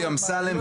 על-פי דודי אמסלם,